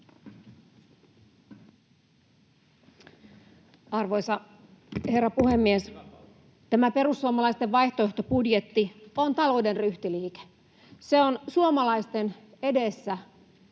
Arvoisa herra puhemies! Tämä perussuomalaisten vaihtoehtobudjetti on talouden ryhtiliike. Se on suomalaisten eteen